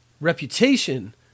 reputation